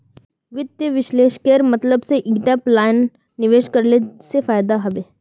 वित्त विश्लेषकेर मतलब से ईटा प्लानत निवेश करले से फायदा हबे